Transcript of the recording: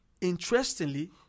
interestingly